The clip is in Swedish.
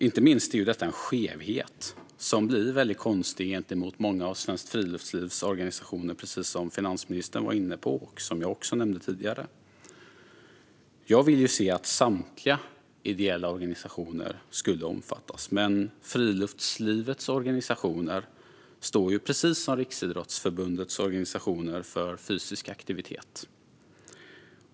Inte minst är ju detta en skevhet som blir väldigt konstig gentemot många av Svenskt Friluftslivs organisationer, precis som finansministern var inne på och som jag också nämnde tidigare. Jag vill att samtliga ideella organisationer ska omfattas, men Svenskt Friluftslivs organisationer står ju precis som Riksidrottsförbundets organisationer för fysisk aktivitet.